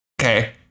Okay